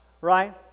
right